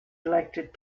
elected